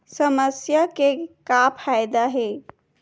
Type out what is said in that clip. समस्या के का फ़ायदा हे?